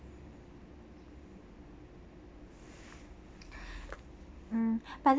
mm but then